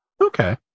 okay